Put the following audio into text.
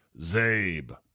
Zabe